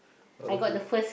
okay